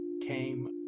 came